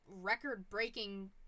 record-breaking